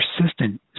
persistent